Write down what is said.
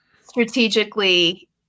strategically